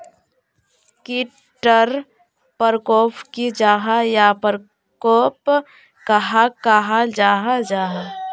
कीट टर परकोप की जाहा या परकोप कहाक कहाल जाहा जाहा?